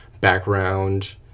background